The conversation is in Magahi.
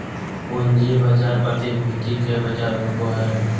पूँजी बाजार प्रतिभूति के बजार होबा हइ